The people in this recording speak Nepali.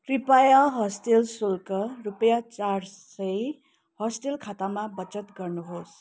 कृपया होस्टेल शुल्क रुपयाँ चार सय होस्टेल खातामा बचत गर्नुहोस्